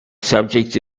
subject